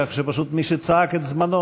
כך שפשוט מי שצעק את זמנו,